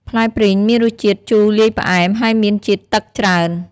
ផ្លែព្រីងមានរសជាតិ ជូរលាយផ្អែម ហើយមានជាតិទឹកច្រើន។